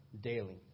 daily